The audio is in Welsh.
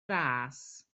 ras